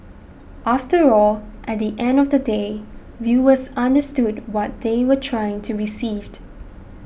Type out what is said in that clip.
after all at the end of the day viewers understood what they were trying to received